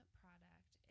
product